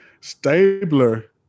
Stabler